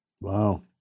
Wow